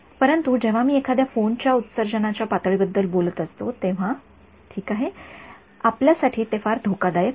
परंतु जेव्हा मी एखाद्या फोन च्या उत्सर्जनाच्या पातळी बद्दल बोलत असतो तेव्हा ठीक आहे आपल्यासाठी ते फार धोकादायक नाही